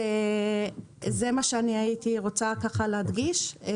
זה מה שהייתי רוצה להדגיש: